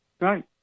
right